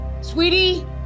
Sweetie